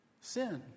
Sin